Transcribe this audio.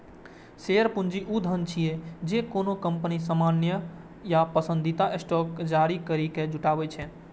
share पूंजी ऊ धन छियै, जे कोनो कंपनी सामान्य या पसंदीदा स्टॉक जारी करैके जुटबै छै